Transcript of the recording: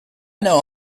know